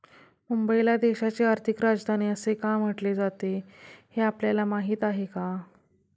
मुंबईला देशाची आर्थिक राजधानी का म्हटले जाते, हे आपल्याला माहीत आहे का?